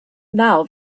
now